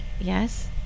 Yes